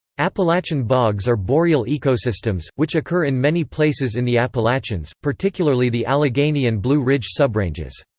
appalachian bogs are boreal ecosystems, which occur in many places in the appalachians, particularly the allegheny and blue ridge subranges.